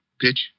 Pitch